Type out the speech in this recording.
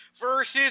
versus